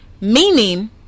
Meaning